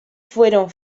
fueron